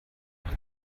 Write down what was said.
auch